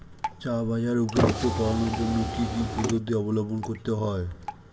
চা বাজার উপযুক্ত করানোর জন্য কি কি পদ্ধতি অবলম্বন করতে হয়?